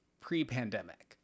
pre-pandemic